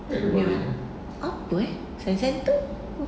wait apa eh